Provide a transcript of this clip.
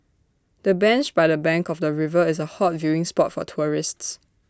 the bench by the bank of the river is A hot viewing spot for tourists